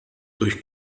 durch